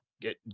get